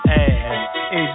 ass